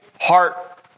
heart